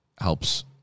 helps